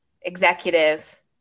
executive